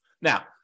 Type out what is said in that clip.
Now